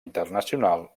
internacional